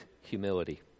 humility